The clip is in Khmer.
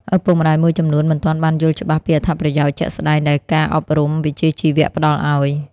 ឪពុកម្តាយមួយចំនួនមិនទាន់បានយល់ច្បាស់ពីអត្ថប្រយោជន៍ជាក់ស្តែងដែលការអប់រំវិជ្ជាជីវៈផ្តល់ឲ្យ។